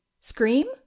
Scream